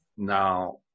now